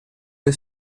del